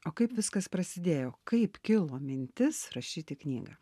o kaip viskas prasidėjo kaip kilo mintis rašyti knygą